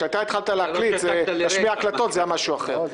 כשאתה התחלת להשמיע הקלטות, זה משהו אחר.